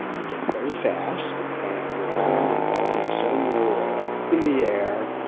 and get very fast and we're going and going and suddenly we're up in the air